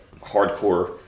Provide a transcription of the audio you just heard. hardcore